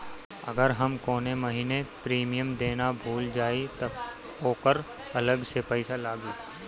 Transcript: अगर हम कौने महीने प्रीमियम देना भूल जाई त ओकर अलग से पईसा लागी?